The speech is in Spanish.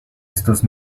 estos